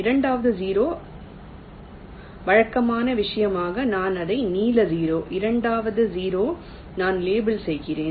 இரண்டாவது 0 வழக்கமான விஷயமாக நான் அதை நீல 0 இரண்டாவது 0 நான் லேபிள் செய்கிறேன்